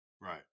right